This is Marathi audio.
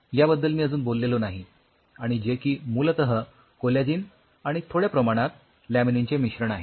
ज्याबद्दल मी अजून बोललेलो नाही आणि जे की मूलतः कोलॅजिन आणि थोड्या प्रमाणात लॅमिनीनचे मिश्रण आहे